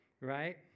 right